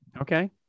Okay